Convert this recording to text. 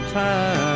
time